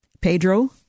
Pedro